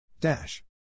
Dash